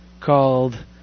called